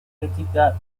crítica